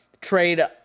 trade